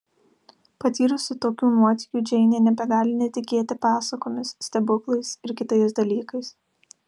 patyrusi tokių nuotykių džeinė nebegali netikėti pasakomis stebuklais ir kitais dalykais